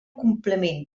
complement